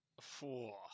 Four